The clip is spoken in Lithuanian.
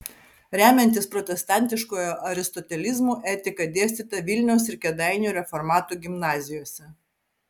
remiantis protestantiškuoju aristotelizmu etika dėstyta vilniaus ir kėdainių reformatų gimnazijose